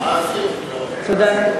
תודה.